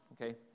okay